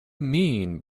mean